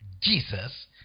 Jesus